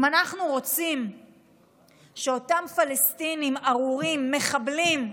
אם אנחנו רוצים שאותם פלסטינים ארורים, מחבלים,